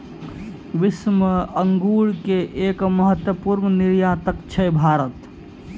विश्व मॅ अंगूर के एक महत्वपूर्ण निर्यातक छै भारत